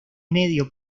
medio